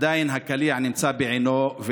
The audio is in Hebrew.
עדיין הקליע נמצא בעינו.